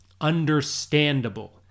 understandable